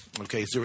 Okay